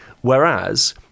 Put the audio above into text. Whereas